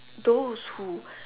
those who